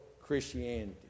Christianity